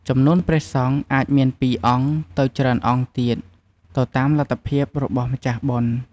ចំនួនព្រះសង្ឃអាចមានពី ២ អង្គ ទៅច្រើនអង្គទៀត ទៅតាមលទ្ធភាពរបស់ម្ចាស់បុណ្យ។